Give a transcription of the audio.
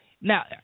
Now